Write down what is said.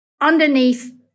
Underneath